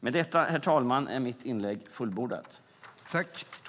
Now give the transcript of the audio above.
Med detta, herr talman, är mitt inlägg fullbordat.